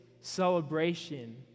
celebration